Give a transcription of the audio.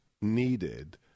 needed